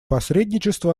посредничества